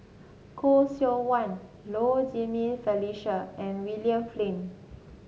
Khoo Seok Wan Low Jimenez Felicia and William Flint